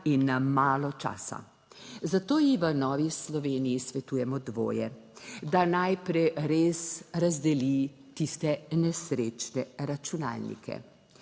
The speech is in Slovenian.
in malo časa. Zato ji v Novi Sloveniji svetujemo dvoje, da najprej res razdeli tiste nesrečne računalnike.